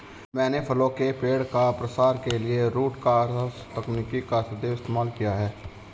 मैंने फलों के पेड़ का प्रसार के लिए रूट क्रॉस तकनीक का सदैव इस्तेमाल किया है